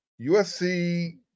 USC